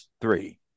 Three